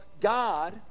God